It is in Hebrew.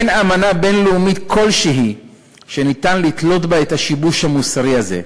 אין אמנה בין-לאומית כלשהי שניתן לתלות בה את השיבוש המוסרי הזה.